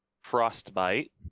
frostbite